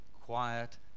quiet